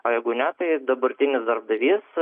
o jeigu ne tai dabartinis darbdavys